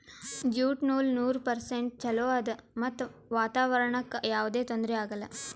jute ನೂಲ್ ನೂರ್ percent ಚೊಲೋ ಆದ್ ಮತ್ತ್ ವಾತಾವರಣ್ಕ್ ಯಾವದೇ ತೊಂದ್ರಿ ಆಗಲ್ಲ